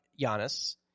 Giannis